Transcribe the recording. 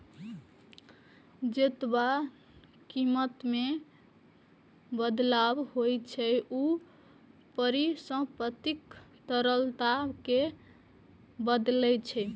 जेतबा कीमत मे बदलाव होइ छै, ऊ परिसंपत्तिक तरलता कें बतबै छै